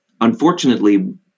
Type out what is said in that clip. unfortunately